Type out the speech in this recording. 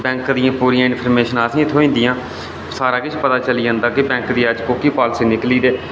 bank दियां पूरियां इंफर्मेंशनां असेंगी थ्होई जंदियां सारा किश पता चली जंदा कि बैंक दी अज्ज कोह्की पॉलसी चली दी ते